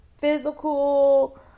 physical